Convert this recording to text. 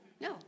No